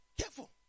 Careful